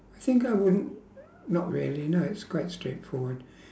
I think I wouldn't not really no it's quite straightforward